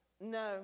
No